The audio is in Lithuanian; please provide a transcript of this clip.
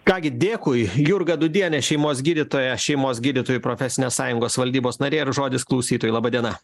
ką gi dėkui jurga dūdienė šeimos gydytoja šeimos gydytojų profesinės sąjungos valdybos narė ir žodis klausytojui laba diena